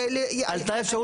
עלתה אפשרות.